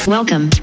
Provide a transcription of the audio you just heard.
Welcome